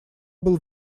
был